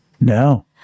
No